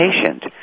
patient